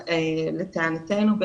לטענתנו,